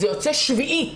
זה יוצא 1/7,